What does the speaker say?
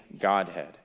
Godhead